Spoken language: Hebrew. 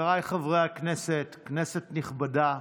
חבריי חברי הכנסת, כנסת נכבדה,